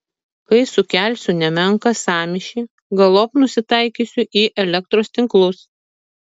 kai sukelsiu nemenką sąmyšį galop nusitaikysiu į elektros tinklus